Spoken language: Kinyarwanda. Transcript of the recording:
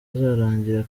uzarangira